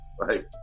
Right